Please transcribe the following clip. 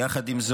עם זאת,